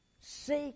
Seek